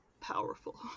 powerful